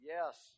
Yes